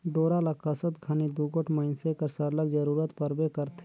डोरा ल कसत घनी दूगोट मइनसे कर सरलग जरूरत परबे करथे